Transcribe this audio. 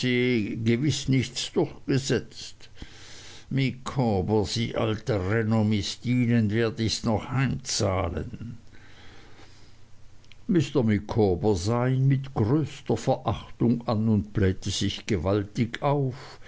gewiß nichts durchgesetzt micawber sie alter renommist ihnen werd ichs noch heimzahlen mr micawber sah ihn mit größter verachtung an und blähte sich gewaltig auf